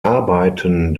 arbeiten